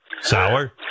Sour